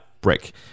brick